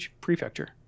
prefecture